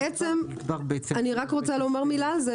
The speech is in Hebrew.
אני רק רוצה לומר מילה על זה,